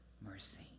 mercy